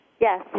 Yes